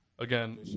again